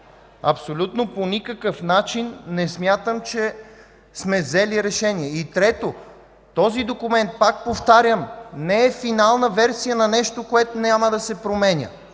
Абсолютно по никакъв начин не смятам, че сме взели решение. Трето – този документ, пак повтарям, не е финална версия на нещо, което няма да се променя.